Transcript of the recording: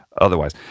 otherwise